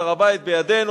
הר-הבית בידינו.